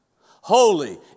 holy